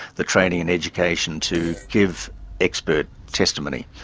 the training and education to give expert testimony.